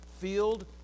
field